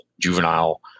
juvenile